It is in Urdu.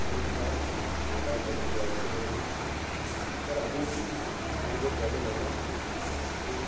کیا میری بات اولا ٹیکسی ڈرائیور سے ہو رہی ہے سر ابھی تھوڑی دیر پہلے میں نے ایک